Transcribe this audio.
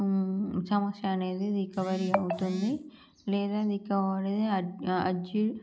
సమస్య అనేది రికవరీ అవుతుంది లేదా రికవరీ అ అర్జీ